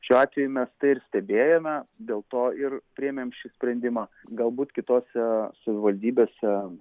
šiuo atveju mes tai ir stebėjome dėl to ir priėmėm šį sprendimą galbūt kitose savivaldybėse